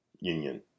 Union